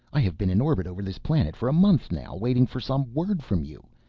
i have been in orbit over this planet for a month now, waiting for some word from you.